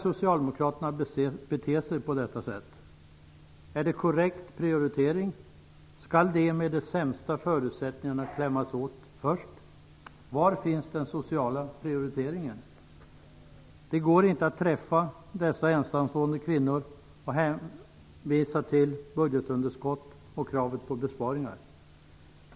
Är det korrekt prioritering? Skall de som har de sämsta förutsättningarna klämmas åt först? Var finns den sociala prioriteringen? Det går inte att träffa dessa ensamstående mammor och hänvisa till budgetunderskottet och kravet på besparingar.